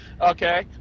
Okay